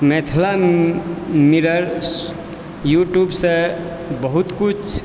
Mithila mirror यूट्यूबसँ बहुत किछु